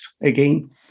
again